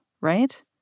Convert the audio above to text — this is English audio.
Right